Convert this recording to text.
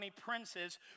princes